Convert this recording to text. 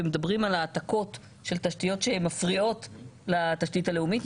ומדברים על העתקות של תשתיות שהן מפריעות לתשתית הלאומית,